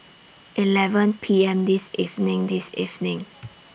eleven P M This evening This evening